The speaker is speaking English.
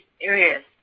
areas